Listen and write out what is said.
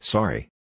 Sorry